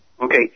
Okay